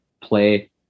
play